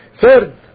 Third